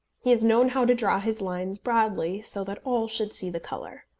he has known how to draw his lines broadly, so that all should see the colour.